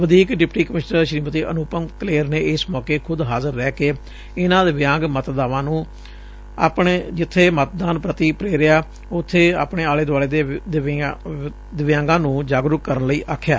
ਵਧੀਕ deputy commissioner Shrimati Anupam Kaler ਨੇ ਇਸ ਮੌਕੇ ਖੁਦ ਹਾਜ਼ਰ ਰਹਿ ਕੇ ਇਨ੍ਹਾਂ ਦਿਵਿਆਂਗ ਮਤਦਾਤਾਵਾਂ ਨੂੰ ਜਿੱਥੇ ਮਤਦਾਨ ਪ੍ਤੀ ਪ੍ਰੇਰਿਆ ਉਥੇ ਆਪਣੇ ਆਲੇ ਦੁਆਲੇ ਦੇ ਦਿਵਿਆਂਗਾਂ ਨੂੰ ਵੀ ਜਾਗਰੂਕ ਕਰਨ ਲਈ ਆਖਿਆ